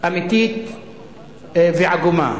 אמיתית ועגומה.